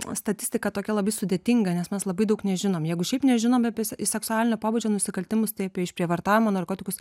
statistika tokia labai sudėtinga nes mes labai daug nežinom jeigu šiaip nežinom apie seksualinio pobūdžio nusikaltimus tai apie išprievartavimo narkotikus